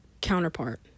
counterpart